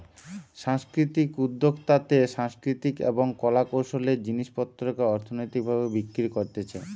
সাংস্কৃতিক উদ্যোক্তাতে সাংস্কৃতিক এবং কলা কৌশলের জিনিস পত্রকে অর্থনৈতিক ভাবে বিক্রি করতিছে